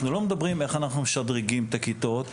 אנחנו לא מדברים איך אנחנו משדרגים את הכיתות,